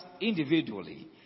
individually